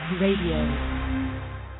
Radio